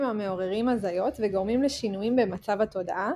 המעוררים הזיות וגורמים לשינויים במצב התודעה,